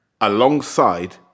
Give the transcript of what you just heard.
alongside